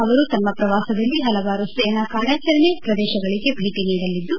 ಅವರು ತಮ್ಮ ಪ್ರವಾಸದಲ್ಲಿ ಹಲವಾರು ಸೇನಾ ಕಾರ್ಯಾಚರಣೆ ಪ್ರದೇಶಗಳಗೆ ಭೇಟಿ ನೀಡಲಿದ್ದು